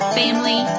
family